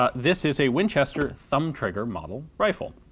ah this is a winchester thumb trigger model rifle